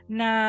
na